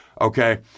Okay